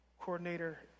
coordinator